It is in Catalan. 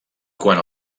quant